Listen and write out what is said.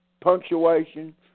punctuation